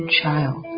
child